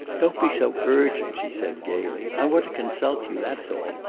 don't be so urgent, she said gayly. i want to consult you. that's all.